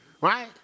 right